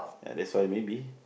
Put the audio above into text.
ya that's why maybe